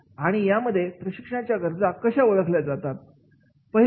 आणि यामध्ये प्रशिक्षणाच्या गरजा कशा ओळखले जातात